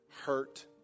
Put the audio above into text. hurt